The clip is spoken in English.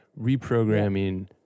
reprogramming